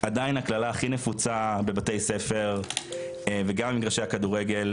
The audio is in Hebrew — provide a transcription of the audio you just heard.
עדיין הקללה הכי נפוצה בבתי ספר וגם במגרשי הכדורגל,